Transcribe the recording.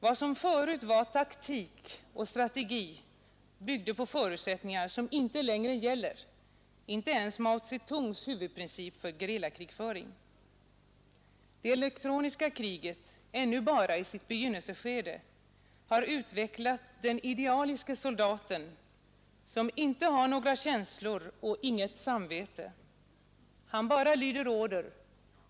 Vad som förut var taktik och strategi byggde på förutsättningar som inte längre gäller, inte ens Mao Tse-tungs huvudprincip för gerillakrigföring. Det elektroniska kriget, ännu bara i sitt begynnelseskede, har utvecklat den idealiske soldaten som inte har några känslor och inget samvete. Han bara lyder order.